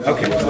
Okay